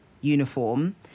uniform